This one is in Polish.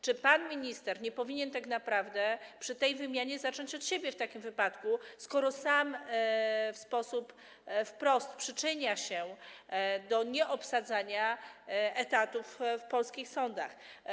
Czy pan minister nie powinien tak naprawdę przy tej wymianie zacząć od siebie w takim wypadku, skoro sam wprost przyczynia się do nieobsadzania etatów w polskich sądach?